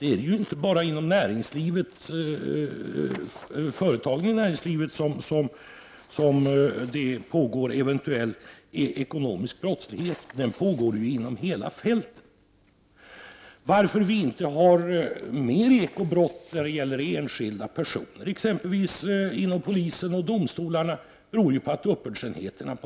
Det är inte bara inom företagen som det pågår eventuell ekonomisk brottslighet. Den pågår över hela fältet. Att vi inte har fler ekobrott bland enskilda personer exempelvis inom polisen och domstolarna beror på att uppbördsenheterna